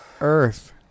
earth